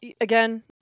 again